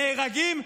נהרגים,